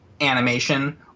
animation